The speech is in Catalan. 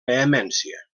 vehemència